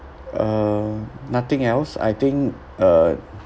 uh nothing else I think uh